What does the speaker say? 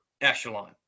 echelon